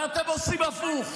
ואתם עושים הפוך.